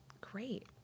great